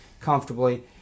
comfortably